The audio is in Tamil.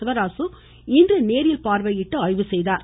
சிவராசு இன்று நேரில் பார்வையிட்டு ஆய்வுசெய்தார்